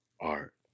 art